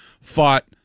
fought